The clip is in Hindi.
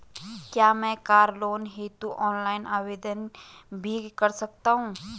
क्या मैं कार लोन हेतु ऑनलाइन आवेदन भी कर सकता हूँ?